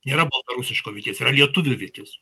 nėra baltarusiško vyties yra lietuvių vytis